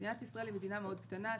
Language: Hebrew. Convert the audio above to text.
מדינת ישראל היא מדינה קטנה מאוד,